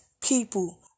people